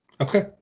Okay